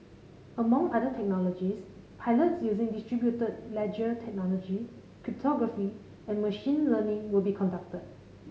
among other technologies pilots using distributed ledger technology cryptography and machine learning will be conducted